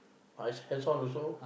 I hands on also